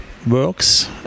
works